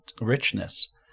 richness